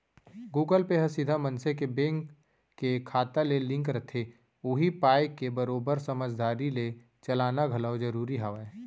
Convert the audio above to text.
Google Pay ह सीधा मनसे के बेंक के खाता ले लिंक रथे उही पाय के बरोबर समझदारी ले चलाना घलौ जरूरी हावय